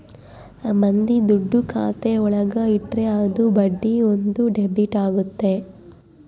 ಮಂದಿ ದುಡ್ಡು ಖಾತೆ ಒಳಗ ಇಟ್ರೆ ಅದು ಬಡ್ಡಿ ಬಂದು ಡೆಬಿಟ್ ಆಗುತ್ತೆ